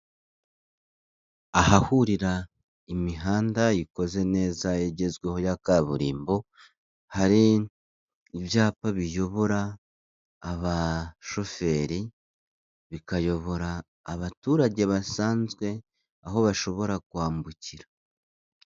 Ahahurira imihanda, ikoze neza igezweho ya kaburimbo, hari ibyapa biyobora, abashoferi, bikayobora abaturage basanzwe, aho bashobora kwambukira.